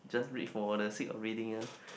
just read for the sake of reading ah